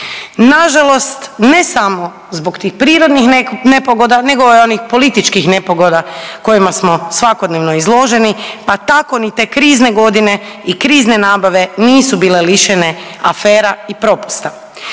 Na žalost ne samo zbog tih prirodnih nepogoda, nego i onih političkih nepogoda kojima smo svakodnevno izloženi, pa tako ni te krizne godine i krizne nabave nisu bile lišene afera i propusta.